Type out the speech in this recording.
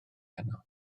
heno